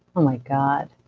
my god,